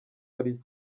ari